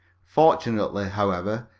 fortunately, however,